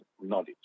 knowledge